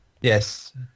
Yes